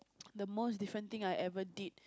the most different thing I ever did